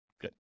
Good